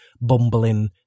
bumbling